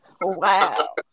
Wow